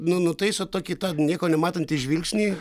nu nutaist tokį tą nieko nematantį žvilgsnį